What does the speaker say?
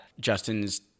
Justin's